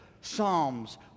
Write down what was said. Psalms